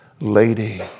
lady